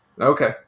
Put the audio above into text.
Okay